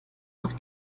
noch